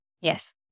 Yes